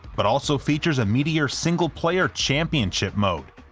but also features a meatier, single-player championship mode,